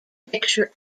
picture